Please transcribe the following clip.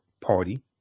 Party